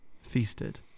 feasted